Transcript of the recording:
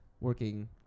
working